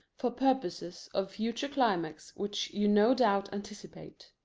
for purposes of future climax which you no doubt anticipate.